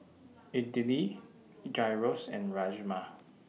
Idili Gyros and Rajma